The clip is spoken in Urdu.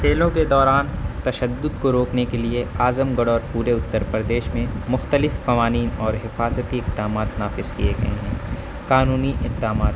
کھیلوں کے دوران تشدد کو روکنے کے لیے اعظم گڑھ اور پورے اتر پردیش میں مختلف قوانین اور حفاظتی اقدامات نافذ کیے گئے ہیں قانونی اقدامات